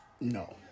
No